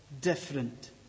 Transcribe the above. different